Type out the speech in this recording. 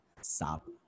Stop